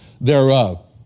Thereof